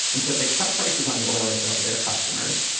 and so they cut prices on the oil they sell to their customers.